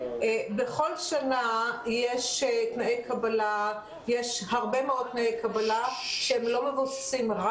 בכל שנה יש הרבה מאוד תנאי קבלה שלא מבוססים רק